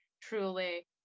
truly